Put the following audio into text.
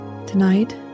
Tonight